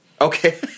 Okay